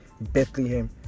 Bethlehem